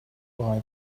buy